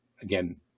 again